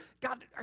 God